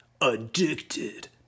Addicted